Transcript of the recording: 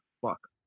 fuck